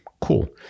cool